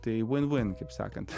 tai vin vin kaip sakant